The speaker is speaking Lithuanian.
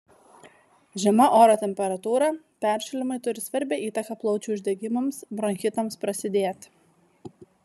žema oro temperatūra peršalimai turi svarbią įtaką plaučių uždegimams bronchitams prasidėti